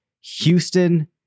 Houston